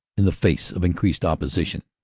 in the face of increased opposition,